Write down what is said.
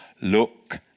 look